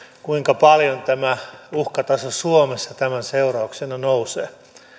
kuinka paljon uhkataso suomessa tämän seurauksena nousee